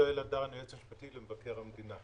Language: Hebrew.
יועץ משפטי למבקר המדינה.